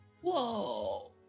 Whoa